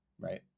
Right